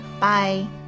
Bye